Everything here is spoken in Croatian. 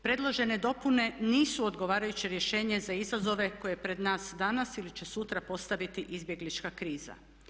Predložene dopune nisu odgovarajuće rješenje za izazove koje pred nas danas ili će sutra postaviti izbjeglička kriza.